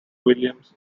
williams